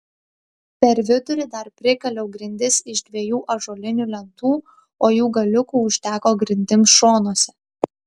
per vidurį dar prikaliau grindis iš dviejų ąžuolinių lentų o jų galiukų užteko grindims šonuose